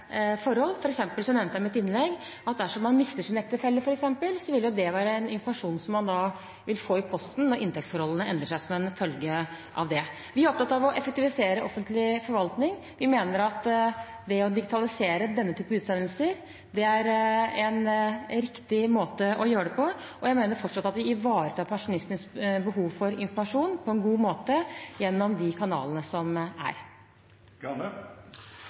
forhold. For eksempel nevnte jeg i mitt innlegg at dersom man mister sin ektefelle, og inntektsforholdene endrer seg som en følge av det, vil det være en informasjon som man vil få i posten. Vi er opptatt av å effektivisere offentlig forvaltning. Vi mener at det å digitalisere denne type utsendelser er en riktig måte å gjøre det på, og jeg mener fortsatt at vi ivaretar pensjonistenes behov for informasjon på en god måte gjennom de kanalene som er.